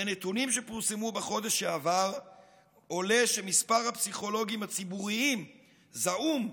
מנתונים שפורסמו בחודש שעבר עולה שמספר הפסיכולוגים הציבוריים זעום,